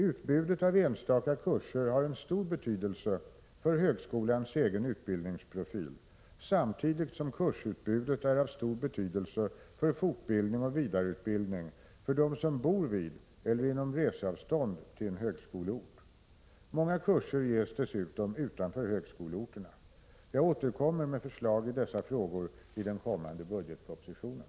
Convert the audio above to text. Utbudet av enstaka kurser har en stor betydelse för högskolans egen utbildningsprofil, samtidigt som kursutbudet är av stor betydelse för fortbildning och vidareutbildning för dem som bor vid — eller inom reseavstånd till — en högskoleort. Många kurser ges dessutom utanför högskoleorterna. Jag återkommer med förslag i dessa frågor i den kommande budgetpropositionen.